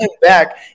back